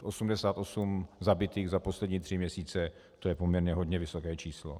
Osmdesát osm zabitých za poslední tři měsíce, to je poměrně hodně vysoké číslo.